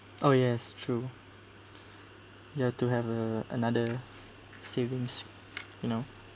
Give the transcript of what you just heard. oh yes true ya to have a another savings you know